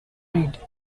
read